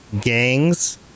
gangs